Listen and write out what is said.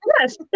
yes